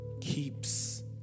keeps